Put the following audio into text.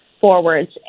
forwards